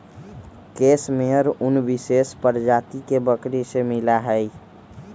case मेयर उन विशेष प्रजाति के बकरी से मिला हई